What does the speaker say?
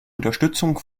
unterstützung